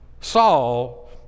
Saul